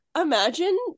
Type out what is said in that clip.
imagine